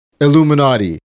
Illuminati